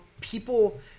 people